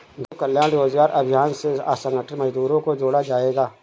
गरीब कल्याण रोजगार अभियान से असंगठित मजदूरों को जोड़ा जायेगा